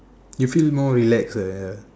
it feels more relaxed like ya